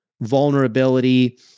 vulnerability